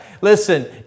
listen